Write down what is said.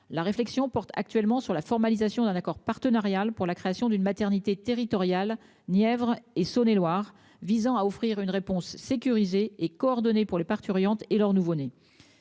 La réflexion porte actuellement sur la formalisation d'un accord partenarial pour la création d'une maternité territoriale Nièvre et Saône-et-Loire visant à offrir une réponse sécurisée et coordonnée pour les parturientes et leur nouveau-né,